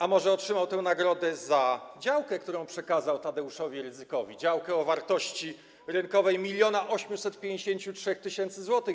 A może otrzymał tę nagrodę za działkę, którą przekazał Tadeuszowi Rydzykowi, działkę o wartości rynkowej 1853 tys. zł?